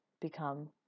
become